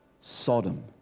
Sodom